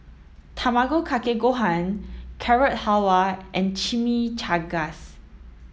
Tamago Kake Gohan Carrot Halwa and Chimichangas